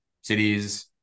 cities